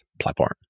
platform